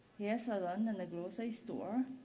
yeah salon and the grocery store.